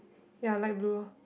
ya light blue orh